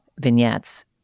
vignettes